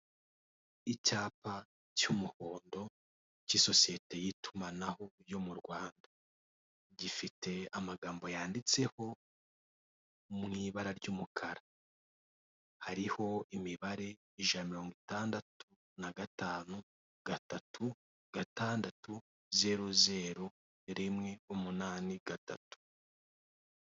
Icyapa cy'umuhondo k'isosiyete y'itumanaho yo mu Rwanda gifite amagambo yanditseho mu ibara ry'umukara, hariho imibare ijana na mirongo itandatu na gatanu gatatu gatandatu zeru zeru rimwe umunani gatatu.